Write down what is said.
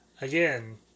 again